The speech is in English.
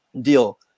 deal